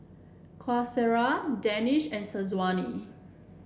Qaisara Danish and Syazwani